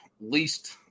least